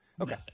Okay